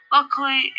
Luckily